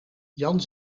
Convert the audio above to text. jan